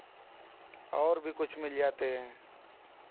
और भी कुछ मिल जाते हैं